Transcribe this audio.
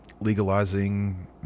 legalizing